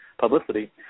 publicity